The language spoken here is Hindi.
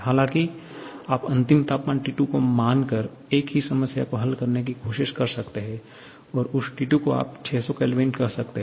हालांकि आप अंतिम तापमान T2 को मान कर एक ही समस्या को हल करने की कोशिश कर सकते हैं और उस T2 को आप 600K कह सकते है